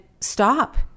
Stop